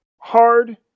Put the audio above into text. hard